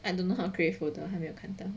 I don't know how create folder 还没有看到